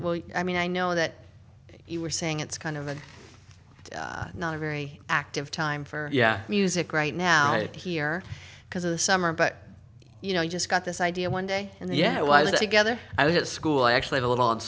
well i mean i know that you were saying it's kind of a not a very active time for yeah music right now it here because of the summer but you know you just got this idea one day and yeah i was i gather i was at school actually a little